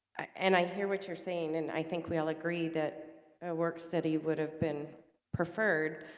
and i hear what you're saying and i think we all agree that a work study would have been preferred